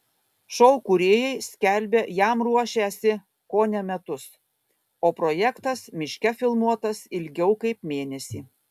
šou kūrėjai skelbia jam ruošęsi kone metus o projektas miške filmuotas ilgiau kaip mėnesį